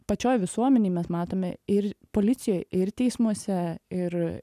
pačioj visuomenėj mes matome ir policijoj ir teismuose ir